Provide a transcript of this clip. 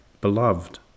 beloved